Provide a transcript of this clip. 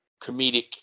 comedic